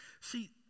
See